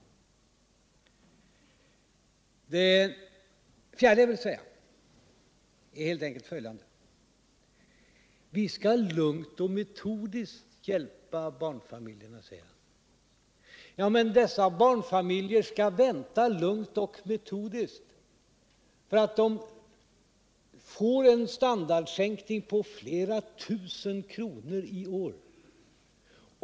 För det fjärde: Vi skall lugnt och metodiskt hjälpa barnfamiljerna, säger Thorbjörn Fälldin. Dessa barnfamiljer skall alltså vänta lugnt och metodiskt, för de får en standardsänkning på flera tusen kronor i år.